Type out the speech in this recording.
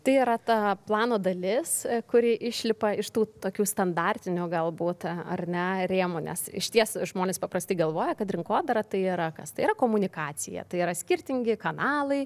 tai yra ta plano dalis kuri išlipa iš tų tokių standartinių galbūt ar ne rėmų nes išties žmonės paprastai galvoja kad rinkodara tai yra kas tai yra komunikacija tai yra skirtingi kanalai